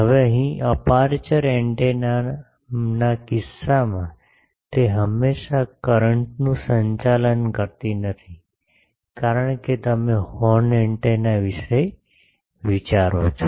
હવે અહીં અપેરચ્યોર એન્ટેનાના કિસ્સામાં તે હંમેશા કરન્ટ નું સંચાલન કરતી નથી કારણ કે તમે હોર્ન એન્ટેના વિશે વિચારો છો